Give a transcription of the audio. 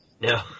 No